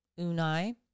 Unai